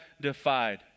defied